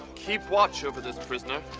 keep watch over this prisoner.